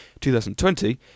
2020